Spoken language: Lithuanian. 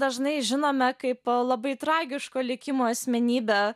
dažnai žinome kaip labai tragiško likimo asmenybę